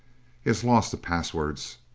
he has lost the passwords.